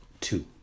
two